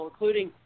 including